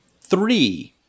Three